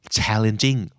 Challenging